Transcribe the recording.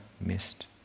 missed